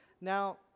Now